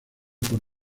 por